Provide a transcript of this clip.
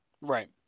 Right